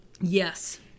Yes